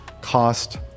cost